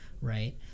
right